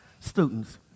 students